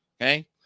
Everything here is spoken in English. Okay